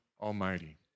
Almighty